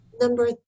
number